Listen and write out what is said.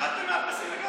ירדתם מהפסים לגמרי.